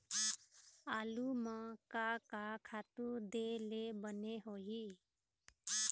आलू म का का खातू दे ले बने होही?